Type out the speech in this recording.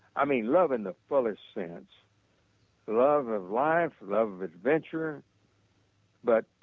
um in love in the fullest sense love of life, love of adventure but